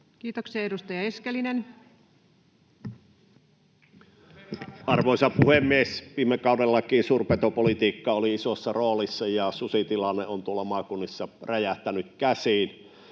Kiitoksia. — Edustaja Eskelinen. Arvoisa puhemies! Viime kaudellakin suurpetopolitiikka oli isossa roolissa, ja susitilanne on tuolla maakunnissa räjähtänyt käsiin.